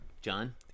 John